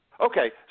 Okay